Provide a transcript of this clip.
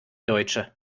deutsche